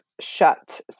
shut